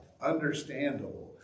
understandable